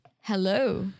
hello